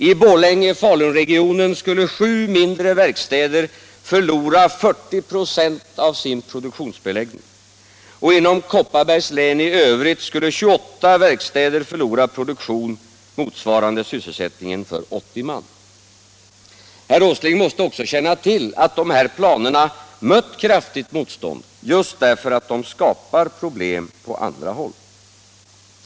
I Borlänge-Falunregionen skulle sju mindre verkstäder förlora 40 96 av sin produktionsbeläggning och inom Kopparbergs län i övrigt skulle 28 verkstäder förlora produktion motsvarande sysselsättningen för 80 man. Herr Åsling måste också känna till att de här planerna mött kraftigt motstånd just därför att de skapar problem på Nr 43 andra håll.